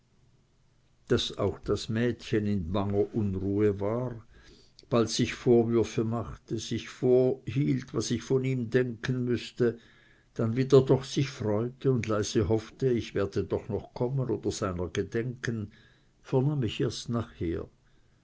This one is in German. daß auch das mädchen in banger unruhe war bald sich vorwürfe machte sich vorhielt was ich von ihm denken müßte dann wieder doch sich freute und leise hoffte ich werde doch noch kommen oder doch seiner gedenken vernahm ich erst nachher